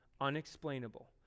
unexplainable